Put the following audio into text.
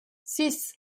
six